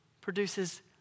produces